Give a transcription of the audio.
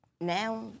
Now